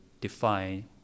define